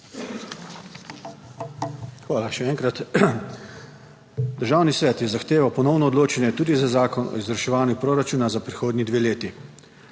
Hvala še enkrat. Državni svet je zahteval ponovno odločanje o Zakonu o izvrševanju proračuna za prihodnji dve leti.